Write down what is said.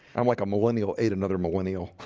i'm like a millennial eight another millennial.